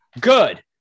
Good